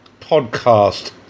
podcast